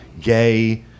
gay